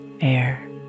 air